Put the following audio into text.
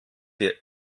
wir